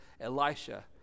Elisha